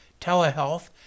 telehealth